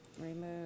Remove